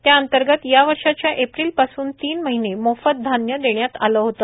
त्या अंतर्गत या वर्षीच्या एप्रिल पासून तीन महीने मोफत धान्य देण्यात आले होते